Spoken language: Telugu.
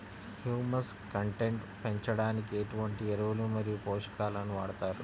హ్యూమస్ కంటెంట్ పెంచడానికి ఎటువంటి ఎరువులు మరియు పోషకాలను వాడతారు?